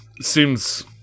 seems